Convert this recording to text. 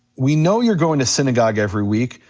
we know you're going to synagogue every week,